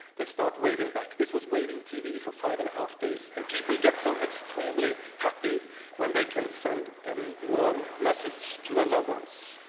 they start waving back. this was waving tv for five and a half days, and people get so extremely happy when they can send um warm message to their loved ones.